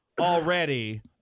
already